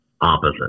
opposite